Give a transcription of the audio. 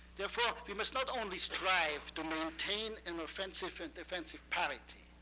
therefore, we must not only strive to maintain an offensive and defensive parity,